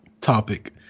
topic